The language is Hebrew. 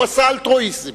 והוא עשה זאת מאלטרואיזם.